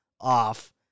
off